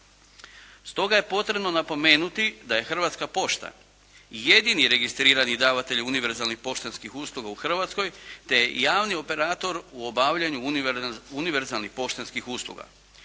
Stoga je potrebno napomenuti da je Hrvatska pošta jedini registrirani davatelj univerzalnih poštanskih usluga u Hrvatskoj te javni operator u obavljanju univerzalnih poštanskih usluga.